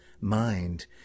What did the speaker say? mind